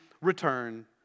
return